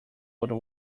world